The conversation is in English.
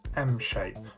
m shape